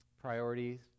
priorities